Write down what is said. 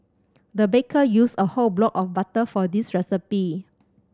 the baker used a whole block of butter for this recipe